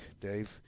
Dave